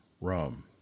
rum